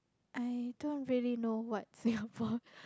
I don't really know what Singapore